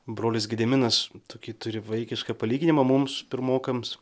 brolis gediminas tokį turi vaikišką palyginimą mums pirmokams